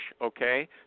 okay